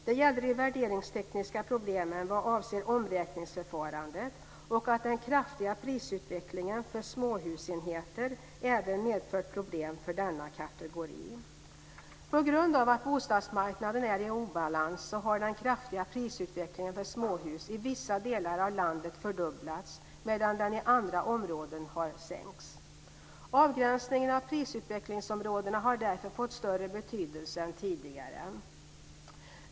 Det gällde de värderingstekniska problemen vad avser omräkningsförfarandet och att den kraftiga prisutvecklingen för småhusenheter även medfört problem för denna kategori. På grund av att bostadsmarknaden är i obalans så har den kraftiga prisutvecklingen för småhus i vissa delar av landet fördubblats medan den i andra områden har sänkts. Avgränsningen av prisutvecklingsområdena har därför fått större betydelse än tidigare.